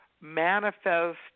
manifest